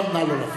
נא לא להפריע.